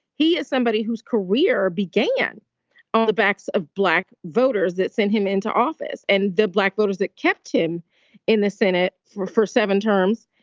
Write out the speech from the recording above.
he is somebody whose career began on the backs of black voters that sent him into office and the black voters that kept him in the senate for for seven terms.